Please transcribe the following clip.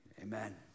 Amen